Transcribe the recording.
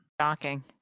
Shocking